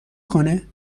کنه